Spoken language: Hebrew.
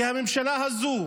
כי הממשלה הזו